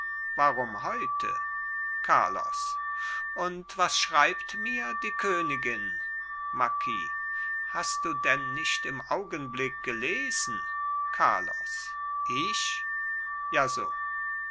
warum heute carlos und was schreibt mir die königin marquis hast du denn nicht im augenblick gelesen carlos ich ja so